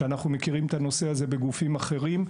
ואנחנו מכירים את הנושא הזה בגופים אחרים.